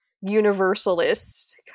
universalist